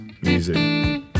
music